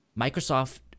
microsoft